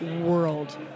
world